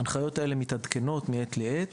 ההנחיות האלה מתעדכנות מעת לעת